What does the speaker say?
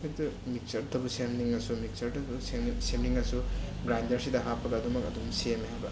ꯍꯦꯛꯇ ꯃꯤꯛꯆꯔꯇꯕꯨ ꯁꯦꯝꯅꯤꯡꯉꯁꯨ ꯃꯤꯛꯆꯔꯇꯕꯨ ꯁꯦꯝꯅꯤꯡꯉꯁꯨ ꯒ꯭ꯔꯥꯏꯟꯗꯔꯁꯤꯗ ꯍꯥꯞꯄꯒ ꯑꯗꯨꯝꯃꯛ ꯑꯗꯨꯝ ꯁꯦꯝꯃꯦ ꯍꯥꯏꯕ